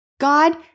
God